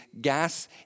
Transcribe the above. gas